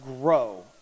grow